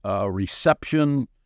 reception